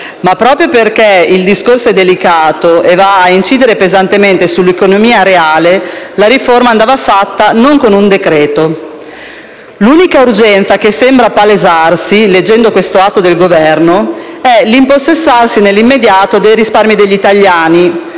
proprio perché il discorso è delicato e va ad incidere pesantemente sull'economia reale, la riforma non andava fatta con un decreto-legge. L'unica urgenza che sembra palesarsi leggendo questo atto del Governo è l'impossessarsi, nell'immediato, dei risparmi degli italiani,